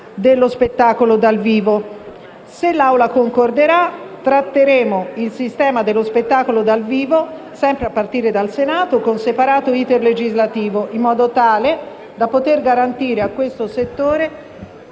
dello spettacolo dal vivo. Se l'Assemblea concorderà, tratteremo il sistema dello spettacolo dal vivo, sempre a partire dal Senato, con separato *iter* legislativo, in modo da poter garantire a questo settore